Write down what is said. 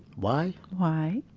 why? why?